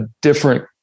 different